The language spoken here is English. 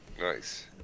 Nice